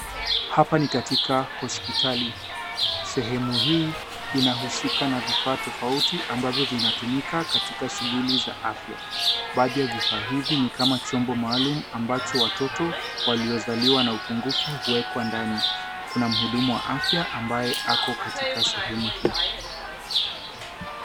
Hapa ni katika hospitali. Sehemu hii inahusika na vifaa tofauti ambavyo vinatumika katika shughuli za kiafya. Baadhi ya vifaa hivi ni kama chombo maalum ambacho watoto waliozaliwa na upungufu huwekwa ndani. Kuna mhudumu wa afya ambaye ako katika sehemu hii.